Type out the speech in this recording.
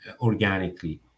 organically